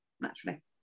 naturally